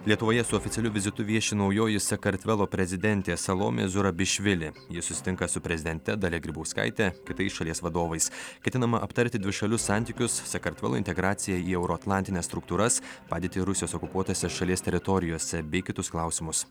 lietuvoje su oficialiu vizitu vieši naujoji sakartvelo prezidentėsalomė zurabišvili ji susitinka su prezidente dalia grybauskaite kitais šalies vadovais ketinama aptarti dvišalius santykius sakartvelo integraciją į euroatlantines struktūras padėtį rusijos okupuotose šalies teritorijose bei kitus klausimus